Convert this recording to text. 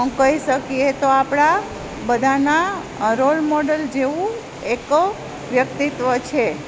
કઈ શકીએ તો આપણા બધાંના રોલ મોડલ જેવુ એક વ્યક્તિત્વ છે